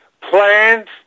Plans